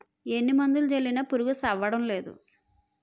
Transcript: ఎన్ని మందులు జల్లినా పురుగు సవ్వడంనేదు